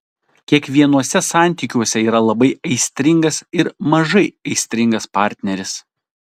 kiekvienuose santykiuose yra labai aistringas ir mažai aistringas partneris